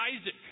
Isaac